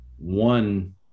one